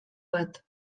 bat